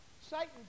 Satan